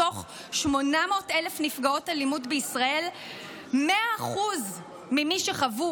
מתוך 800,000 נפגעות אלימות בישראל 100% של מי שחוו